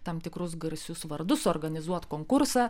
tam tikrus garsius vardus suorganizuot konkursą